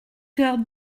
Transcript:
coeur